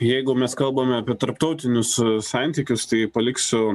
jeigu mes kalbame apie tarptautinius santykius tai paliksiu